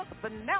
Vanilla